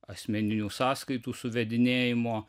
asmeninių sąskaitų suvedinėjimo